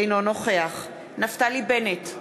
אינו נוכח נפתלי בנט,